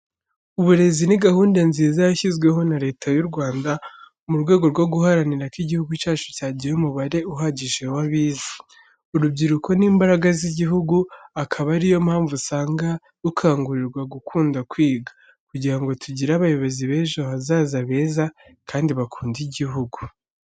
Uburezi ni gahunda nziza yashyizweho na Leta y'u Rwanda mu rwego rwo guharanira ko igihugu cyacu cyagira umubare uhagije wabize. Urubyiruko ni imbaraga z'igihugu, akaba ari yo mpamvu, usanga rukangurirwa gukunda kwiga, kugira ngo tugire abayobozi b'ejo hazaza beza kandi bakunda igihugu.